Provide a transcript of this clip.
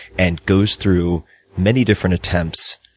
and goes through many different attempts,